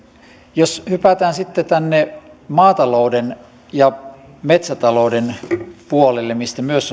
jos hypätään sitten tänne maatalouden ja metsätalouden puolelle mistä myös